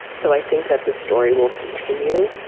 so i think that this story will continue.